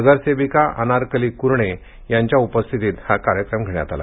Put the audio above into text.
नगरसेविका अनारकली कुरणे यांच्या उपस्थितीत हा उपक्रम घेण्यात आला